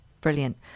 brilliant